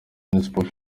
minispoc